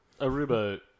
Aruba